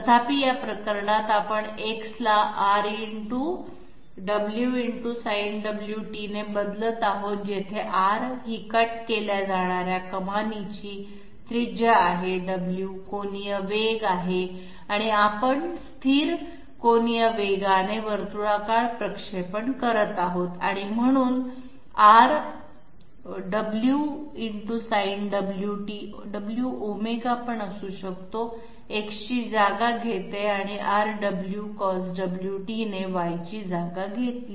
तथापि या प्रकरणात आपण X ला R×ω×Sinωt ने बदलत आहोत जेथे R ही कट केल्या जाणार्या कमानीची त्रिज्या आहे ω कोनीय वेग आहे आपण स्थिर कोनीय वेगाने वर्तुळाकार प्रक्षेपण करत आहोत आणि म्हणून R×ω×Sinωt X ची जागा घेते आणि R×ω×Cosωt ने Y ची जागा घेतली